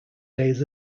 days